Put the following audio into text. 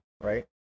right